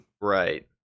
Right